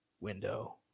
window